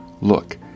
Look